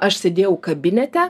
aš sėdėjau kabinete